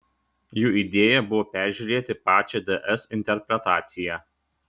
jų idėja buvo peržiūrėti pačią ds interpretaciją